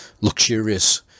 luxurious